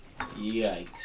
Yikes